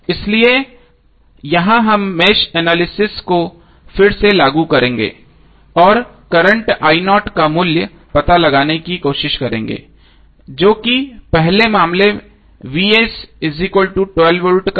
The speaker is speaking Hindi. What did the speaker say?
इसलिए यहाँ हम मेष एनालिसिस को फिर से लागू करेंगे और करंट का मूल्य पता लगाने की कोशिश करेंगे जो कि पहले मामले वोल्ट का है